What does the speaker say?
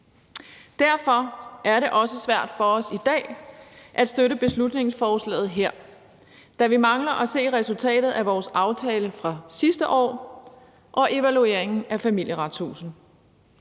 Derfor er det også svært for os i dag at støtte beslutningsforslaget her, da vi mangler at se resultatet af vores aftale fra sidste år og evalueringen af Familieretshuset.